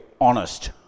honest